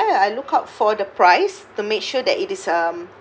I look out for the price to make sure that it is um